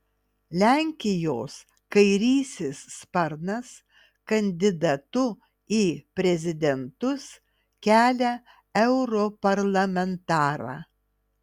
lenkijos kairysis sparnas kandidatu į prezidentus kelia europarlamentarą